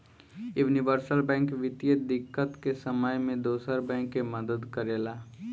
universal bank वित्तीय दिक्कत के समय में दोसर बैंक के मदद करेला